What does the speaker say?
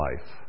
life